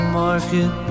market